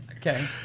Okay